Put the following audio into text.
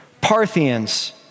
Parthians